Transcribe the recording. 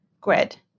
grid